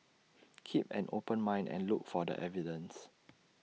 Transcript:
keep an open mind and look for the evidence